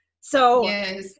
So-